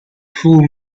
full